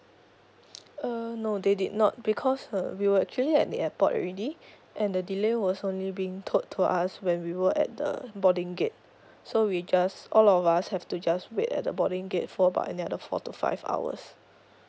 err no they did not because uh we were actually at the airport already and the delay was only being told to us when we were at the boarding gate so we just all of us have to just wait at the boarding gate for about another four to five hours